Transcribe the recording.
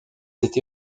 été